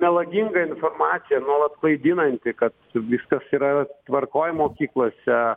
melaginga informacija nuolat klaidinanti kad viskas yra tvarkoj mokyklose